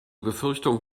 befürchtung